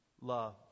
love